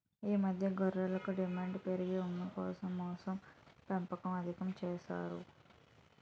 ఈ మధ్య గొర్రెలకు డిమాండు పెరిగి ఉన్నికోసం, మాంసంకోసం పెంపకం అధికం చేసారు